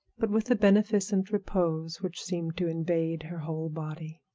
but with a beneficent repose which seemed to invade her whole body.